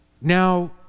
now